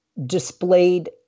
displayed